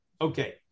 Okay